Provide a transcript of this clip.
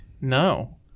No